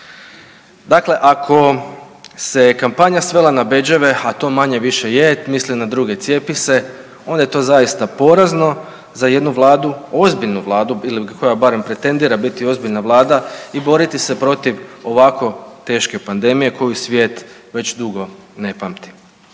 Dakle, ako se kampanja svela na bedževe, a to manje-više je „Misli na druge, cijepi se“ onda je to zaista porazno za jednu vladu, ozbiljnu vladu ili koja barem pretendira biti ozbiljna vlada i boriti se protiv ovako teške pandemije koju svijet već dugo ne pamti.